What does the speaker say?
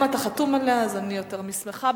אם אתה חתום עליה, אני יותר משמחה.